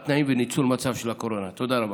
האפשרי.